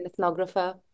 ethnographer